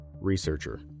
Researcher